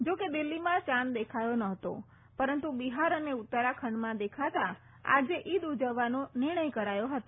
જા કે દીલ્ફીમાં ચાંદ દેખાયો નહોતો પરંતુ બિફાર અને ઉત્તરાખંડમાં દેખાતા આજે ઈદ ઉજવવાનો નિર્ણય કરાયો ફતો